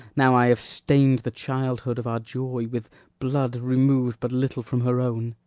now i have stain'd the childhood of our joy with blood remov'd but little from her own?